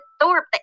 Thorpe